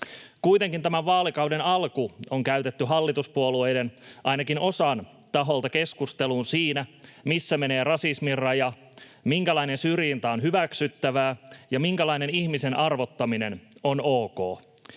Kuitenkin tämän vaalikauden alku on käytetty hallituspuolueiden, ainakin osan, taholta keskusteluun siitä, missä menee rasismin raja, minkälainen syrjintä on hyväksyttävää ja minkälainen ihmisen arvottaminen on ok.